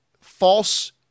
false